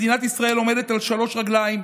מדינת ישראל עומדת על שלוש רגליים: